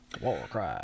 Warcry